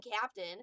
captain